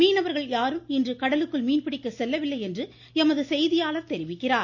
மீனவர்கள் யாரும் இன்று கடலுக்குள் மீன்பிடிக்க செல்லவில்லை என்று எமது செய்தியாளர் தெரிவிக்கிறார்